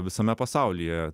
visame pasaulyje